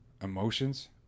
emotions